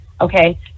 okay